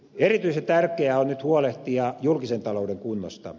erityisen tärkeää on nyt huolehtia julkisen talouden kunnosta